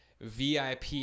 VIP